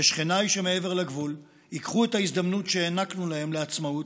ששכניי שמעבר לגבול ייקחו את ההזדמנות שהענקנו להם לעצמאות,